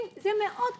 זה מאוד כבד,